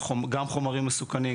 גם חומרים מסוכנים,